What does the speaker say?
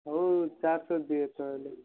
ହଉ ଚାରିଶହ ଦିଅ ତାହାଲେ